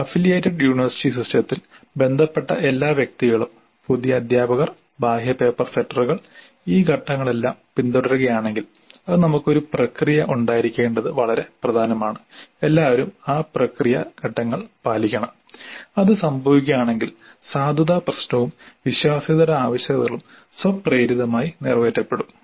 affiliated university സിസ്റ്റത്തിൽ ബന്ധപ്പെട്ട എല്ലാ വ്യക്തികളും പുതിയ അദ്ധ്യാപകർ ബാഹ്യ പേപ്പർ സെറ്ററുകൾ ഈ ഘട്ടങ്ങളെല്ലാം പിന്തുടരുകയാണെങ്കിൽ അത് നമുക്ക് ഒരു പ്രക്രിയ ഉണ്ടായിരിക്കേണ്ടത് വളരെ പ്രധാനമാണ് എല്ലാവരും ആ പ്രക്രിയ ഘട്ടങ്ങൾ പാലിക്കണം അത് സംഭവിക്കുകയാണെങ്കിൽ സാധുത പ്രശ്നവും വിശ്വാസ്യതയുടെ ആവശ്യകതകളും സ്വപ്രേരിതമായി നിറവേറ്റപ്പെടും